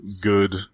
good